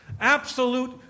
Absolute